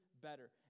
better